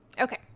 okay